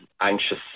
anxious